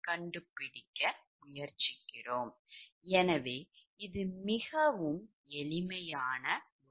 எனவே ஒருவர் என்ன செய்ய முடியும் என்பது மிகவும் எளிமையானவை